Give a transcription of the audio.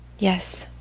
yes,